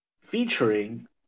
featuring